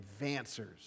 Advancers